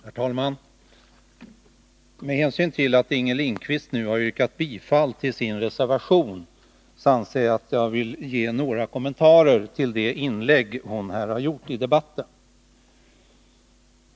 Herr talman! Med hänsyn till att Inger Lindquist nu har yrkat bifall till sin reservation vill jag ge några kommentarer till det inlägg hon gjort här i debatten.